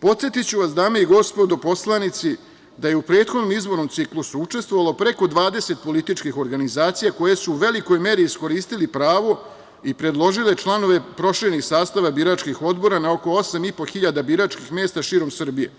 Podsetiću vas, dame i gospodo poslanici, da je u prethodnom izbornom ciklusu učestvovalo preko 20 političkih organizacija koje su u velikoj meri iskoristili pravo i predložile članove proširenih sastava biračkih odbora na oko osam i po hiljada biračkih mesta širom Srbije,